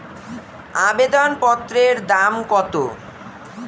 আবেদন পত্রের দাম কত?